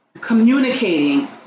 communicating